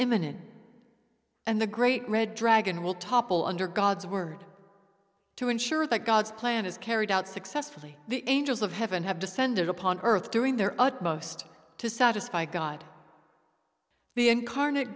imminent and the great red dragon will topple under god's word to ensure that god's plan is carried out successfully the angels of heaven have descended upon earth during their utmost to satisfy god the incarnate